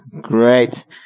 great